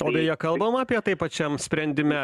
o beje kalbama apie tai pačiam sprendime